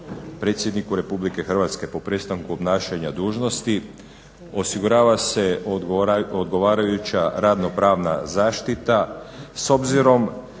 predsjedniku RH po prestanku obnašanja dužnosti osigurava se odgovarajuća ravnopravna zaštita s obzirom